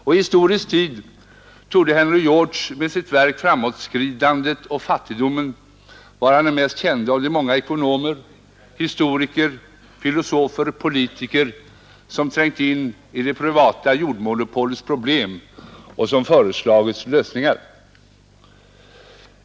I historisk tid torde Henry George med sitt verk ”Framåtskridandet och fattigdomen” vara den mest kände av de många ekonomer, historiker, filosofer och politiker som trängt in i det privata jordmonopolets problem och föreslagit lösningar.